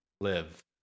live